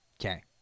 Okay